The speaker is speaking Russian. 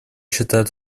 считает